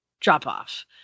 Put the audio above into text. drop-off